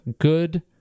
Good